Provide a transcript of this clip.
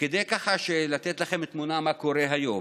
כדי לתת לכם תמונה מה קורה היום,